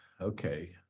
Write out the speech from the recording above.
Okay